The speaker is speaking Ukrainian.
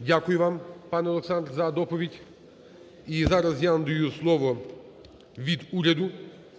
Дякую вам, пане Олександре, за доповідь. І зараз я надаю слово від уряду,